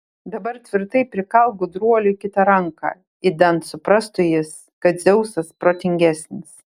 dabar tvirtai prikalk gudruoliui kitą ranką idant suprastų jis kad dzeusas protingesnis